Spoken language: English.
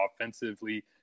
offensively